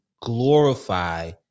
glorify